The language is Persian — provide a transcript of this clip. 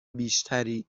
بیشتری